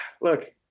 look